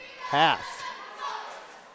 half